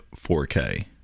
4K